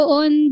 on